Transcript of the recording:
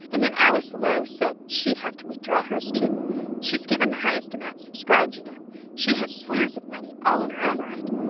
and then alice lowe said she'd have to withdraw hers, too she's given the highest amount subscribed, you know she has slews of money all in her own right,